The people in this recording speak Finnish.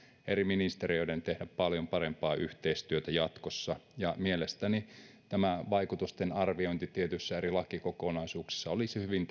eri ministeriöiden tehdä paljon parempaa yhteistyötä jatkossa mielestäni tämä vaikutusten arviointi tietyissä eri lakikokonaisuuksissa olisi hyvin